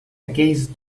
aquells